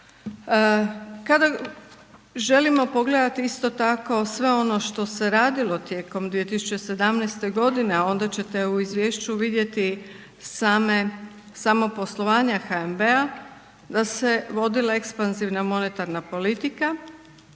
Kada želimo pogledati isto tako sve ono što se radilo tijekom 2017. godine a onda ćete u izvješću vidjeti samo poslovanje HNB-a da se vodila ekspanzivna monetarna politika,